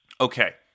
okay